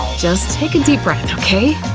just take a deep breath, okay?